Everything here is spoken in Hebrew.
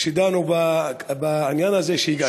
שדנו בעניין הזה, שהגשתי.